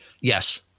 yes